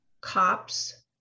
cops